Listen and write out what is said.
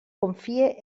confie